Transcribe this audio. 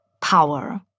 Power